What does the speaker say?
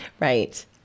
Right